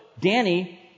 Danny